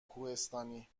کوهستانی